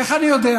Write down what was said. איך אני יודע?